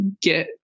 get